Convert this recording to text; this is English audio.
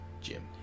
Jim